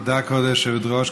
תודה, כבוד היושבת-ראש.